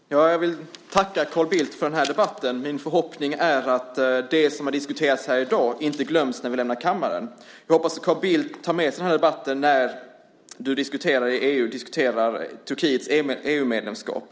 Fru talman! Jag vill tacka Carl Bildt för debatten. Min förhoppning är att det som diskuterats i dag inte glöms bort när vi lämnar kammaren. Jag hoppas att Carl Bildt tar med sig debatten när han i EU-sammanhang diskuterar Turkiets EU-medlemskap.